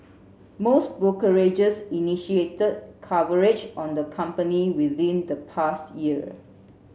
most brokerages initiated coverage on the company within the past year